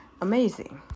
amazing